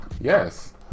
yes